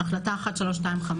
החלטה 1325,